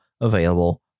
available